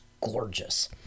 gorgeous